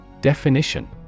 Definition